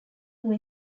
who